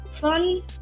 fun